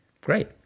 Great